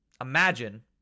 imagine